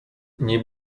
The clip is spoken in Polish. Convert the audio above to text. nie